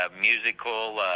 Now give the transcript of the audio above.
musical